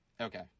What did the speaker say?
Okay